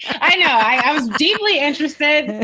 i know i was deeply interested.